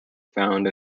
found